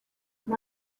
uko